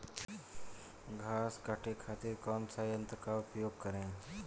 घास काटे खातिर कौन सा यंत्र का उपयोग करें?